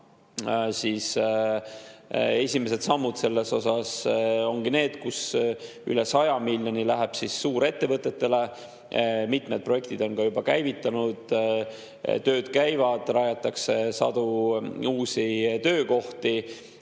Täna esimesed sammud selles osas ongi need, et üle 100 miljoni läheb suurettevõtetele. Mitmed projektid on juba käivitunud. Tööd käivad, rajatakse sadu uusi töökohti.